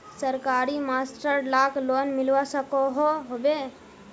सरकारी मास्टर लाक लोन मिलवा सकोहो होबे?